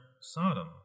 Sodom